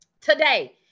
Today